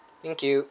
thank you